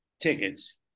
tickets